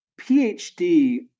PhD